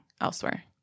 elsewhere